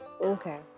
Okay